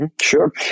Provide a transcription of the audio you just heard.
Sure